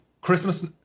Christmas